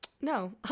No